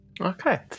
okay